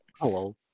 Hello